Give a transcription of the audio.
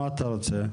אז מה אתה רוצה?